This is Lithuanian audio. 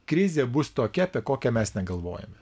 krizė bus tokia apie kokią mes negalvojame